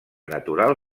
natural